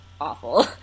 awful